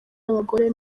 y’abagore